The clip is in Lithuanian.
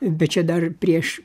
bet čia dar prieš